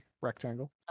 rectangle